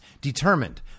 determined